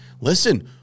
listen